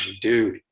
dude